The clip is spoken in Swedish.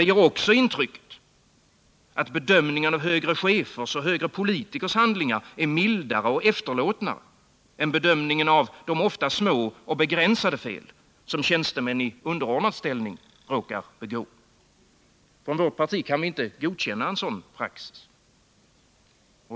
Det ger också ett intryck av att bedömningen av högre chefers och politikers handlingar är mildare och efterlåtnare än bedömningen av de ofta små och begränsade fel som tjänstemän i underordnad ställning råkar begå. Från vårt parti kan vi inte godkänna en sådan praxis.